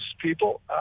people